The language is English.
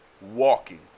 walking